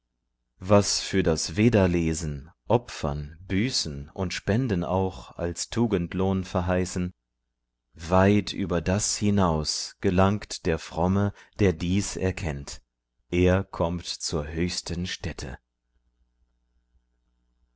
was für das vedalesen opfern büßen und spenden auch als tugendlohn verheißen weit über das hinaus gelangt der fromme der dies erkennt er kommt zur höchsten stätte